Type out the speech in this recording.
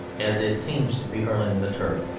as it seems to be hurling the turk?